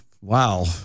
Wow